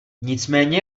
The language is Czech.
nicméně